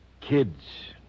kids